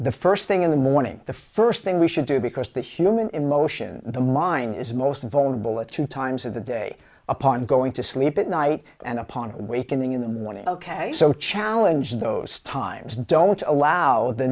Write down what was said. the first thing in the morning the first thing we should do because the human emotion the mine is most vulnerable at two times of the day upon going to sleep at night and upon awakening in the morning ok so challenge those times don't allow the